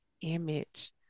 image